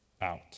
out